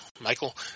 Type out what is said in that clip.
Michael